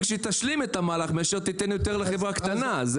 שתשלים את המהלך מאשר תיתן יותר לחברה קטנה.